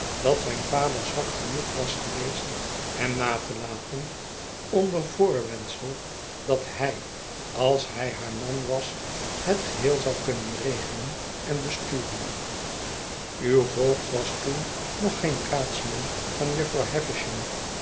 dat zijn vader zwak genoeg was geweest hem na te laten onder voorwendsel dat hij als hij haar man was het geheel zou kunnen regelen en besturen uw voogd was toen nog geen raadsman van jufvrouw